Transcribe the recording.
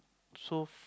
so